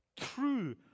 true